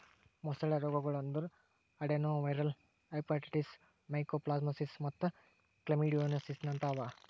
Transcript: ಮೊಸಳೆ ರೋಗಗೊಳ್ ಅಂದುರ್ ಅಡೆನೊವೈರಲ್ ಹೆಪಟೈಟಿಸ್, ಮೈಕೋಪ್ಲಾಸ್ಮಾಸಿಸ್ ಮತ್ತ್ ಕ್ಲಮೈಡಿಯೋಸಿಸ್ನಂತಹ ಅವಾ